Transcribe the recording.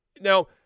Now